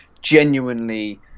genuinely